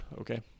Okay